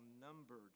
numbered